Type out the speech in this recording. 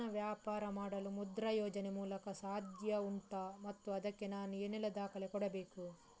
ಸಣ್ಣ ವ್ಯಾಪಾರ ಮಾಡಲು ಮುದ್ರಾ ಯೋಜನೆ ಮೂಲಕ ಸಾಧ್ಯ ಉಂಟಾ ಮತ್ತು ಅದಕ್ಕೆ ನಾನು ಏನೆಲ್ಲ ದಾಖಲೆ ಯನ್ನು ಕೊಡಬೇಕು?